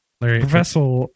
Professor